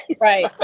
Right